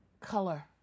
Color